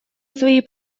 свои